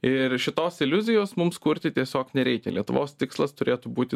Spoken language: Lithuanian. ir šitos iliuzijos mums kurti tiesiog nereikia lietuvos tikslas turėtų būti